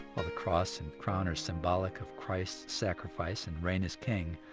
while the cross and crown are symbolic of christ's sacrifice and reign as king,